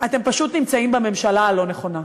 אתם פשוט נמצאים בממשלה הלא-נכונה.